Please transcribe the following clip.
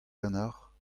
ganeocʼh